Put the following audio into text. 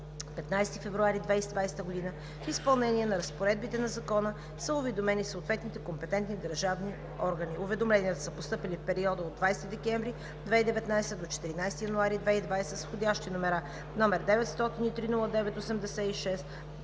15 февруари 2020 г. В изпълнение на разпоредбите на закона са уведомени съответните компетентни държавни органи. Уведомленията са постъпили в периода от 20 декември 2019 г. до 14 януари 2020 г., с входящи номера: 903-09-86,